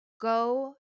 go